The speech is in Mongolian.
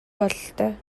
бололтой